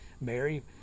Mary